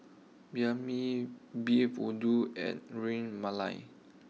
Banh Mi Beef Vindaloo and Ras Malai